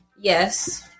Yes